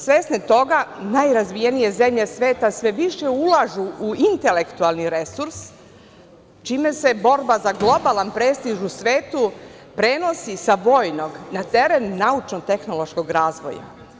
Svesni toga najrazvijenije zemlje sveta sve više ulažu u intelektualni resurs čime se borba za globalan prestiž u svetu prenosi sa vojnog na teren naučno tehnološkog razvoja.